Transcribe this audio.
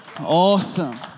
Awesome